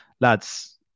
lads